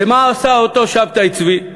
ומה עשה אותו שבתאי צבי?